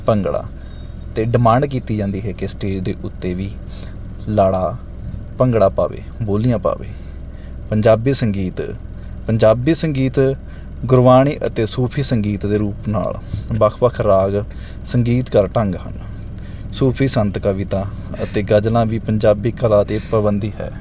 ਭੰਗੜੇ 'ਤੇ ਡਿਮਾਂਡ ਕੀਤੀ ਜਾਂਦੀ ਹੈ ਕਿ ਸਟੇਜ ਦੇ ਉੱਤੇ ਵੀ ਲਾੜਾ ਭੰਗੜਾ ਪਾਵੇ ਬੋਲੀਆਂ ਪਾਵੇ ਪੰਜਾਬੀ ਸੰਗੀਤ ਪੰਜਾਬੀ ਸੰਗੀਤ ਗੁਰਬਾਣੀ ਅਤੇ ਸੂਫੀ ਸੰਗੀਤ ਦੇ ਰੂਪ ਨਾਲ ਵੱਖ ਵੱਖ ਰਾਗ ਸੰਗੀਤਕਾਰ ਢੰਗ ਹਨ ਸੂਫੀ ਸੰਤ ਕਵਿਤਾ ਅਤੇ ਗਜ਼ਲਾਂ ਵੀ ਪੰਜਾਬੀ ਕਲਾ 'ਤੇ ਪਾਬੰਦੀ ਹੈ